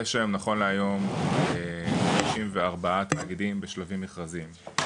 יש היום נכון להיום 54 תאגידים בשלבים מכרזיים,